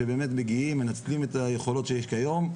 שבאמת מגיעים ומנצלים את היכולות שיש כיום,